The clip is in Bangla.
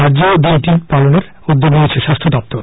রাজ্যেও দিনটি পালনের উদ্যোগ নিয়েছে স্বাস্থ্য দপ্তর